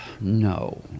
no